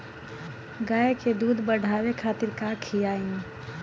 गाय के दूध बढ़ावे खातिर का खियायिं?